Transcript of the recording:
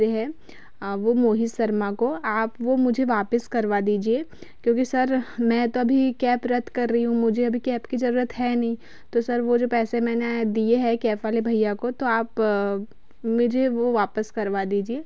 वह मोहित शर्मा को आप वह मुझे वापस करवा दीजिए क्योंकि सर मैं तो अभी कैप रद्द कर रही मुझे अभी कैप की ज़रूरत है नहीं तो सर वह जो पैसे मैंने दिए है कैप वाले भैया को तो आप मुझे वह वापस करवा दीजिए